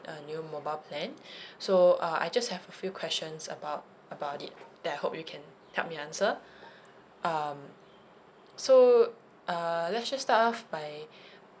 a new mobile plan so uh I just have a few questions about about it that I hope you can help me answer um so uh let's just start off by